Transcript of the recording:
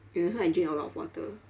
and also I drink a lot of water